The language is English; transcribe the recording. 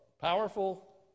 powerful